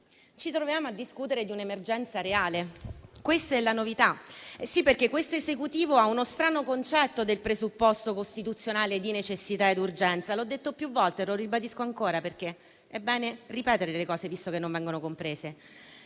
ci troviamo a discutere di un'emergenza reale. Questa è la novità. Sì, perché questo Esecutivo ha uno strano concetto del presupposto costituzionale di necessità e urgenza. L'ho detto più volte e lo ribadisco ancora, perché è bene ripetere le cose, visto che non vengono comprese.